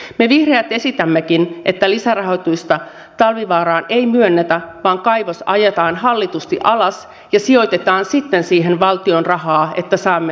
me vihreät esitämmekin että lisärahoitusta talvivaaraan ei myönnetä vaan kaivos ajetaan hallitusti alas ja sijoitetaan sitten siihen valtion rahaa että saamme ympäristövahingot korvattua